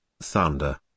Thunder